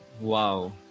Wow